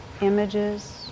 images